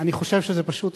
אני חושב שזה פשוט,